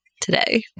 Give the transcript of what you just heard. today